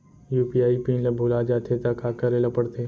UPI PIN ल भुला जाथे त का करे ल पढ़थे?